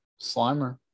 Slimer